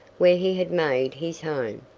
where he had made his home.